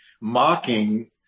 mocking